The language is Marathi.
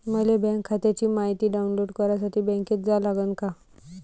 मले बँक खात्याची मायती डाऊनलोड करासाठी बँकेत जा लागन का?